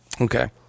Okay